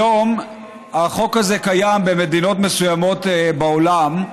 היום החוק הזה קיים במדינות מסוימות בעולם,